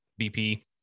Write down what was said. BP